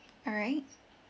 all right